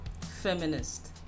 feminist